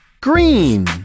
Green